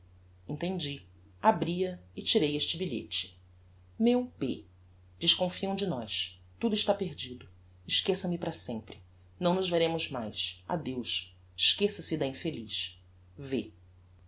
entendi abri-a e tirei este bilhete meu b desconfiam de nós tudo está perdido esqueça me para sempre não nos veremos mais adeus esqueça-se da infeliz v